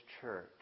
church